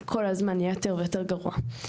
אז זה נהיה יותר ויותר גרוע כל הזמן.